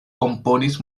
komponis